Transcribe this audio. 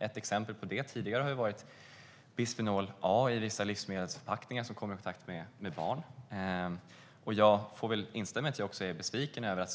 Ett exempel på det har varit bisfenol A i vissa livsmedelsförpackningar som barn kommer i kontakt med. Jag får väl också instämma i besvikelsen över att branschens